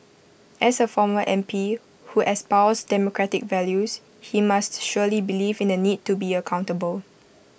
as A former M P who espoused democratic values he must surely believe in the need to be accountable